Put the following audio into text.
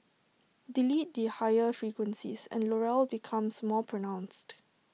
delete the higher frequencies and Laurel becomes more pronounced